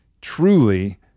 truly